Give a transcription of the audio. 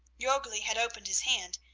jorgli had opened his hand.